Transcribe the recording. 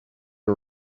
you